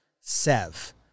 Sev